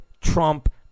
Trump